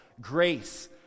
grace